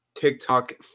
TikTok